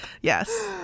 yes